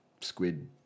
squid